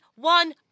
One